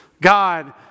God